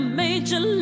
major